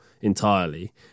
entirely